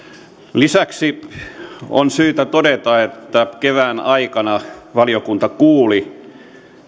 lisäksi on syytä todeta että kevään aikana valiokunta kuuli